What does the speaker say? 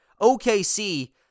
OKC